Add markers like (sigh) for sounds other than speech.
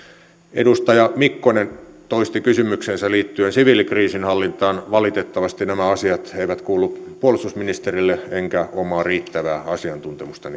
edustaja mikkonen toisti kysymyksensä liittyen siviilikriisinhallintaan valitettavasti nämä asiat eivät kuulu puolustusministerille enkä omaa riittävää asiantuntemusta (unintelligible)